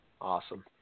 Awesome